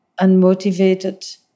unmotivated